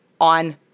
on